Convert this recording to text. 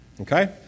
Okay